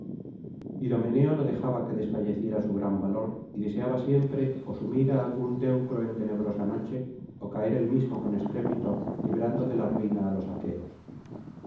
no dejaba que desfalleciera su gran valor y deseaba siempre ó sumir á algún teucro en tenebrosa noche ó caer él mismo con estrépito librando de la ruina á los aqueos